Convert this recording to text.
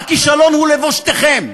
והכישלון הוא לבושתכם.